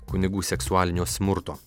kunigų seksualinio smurto